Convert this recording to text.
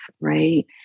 right